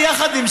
מפקח?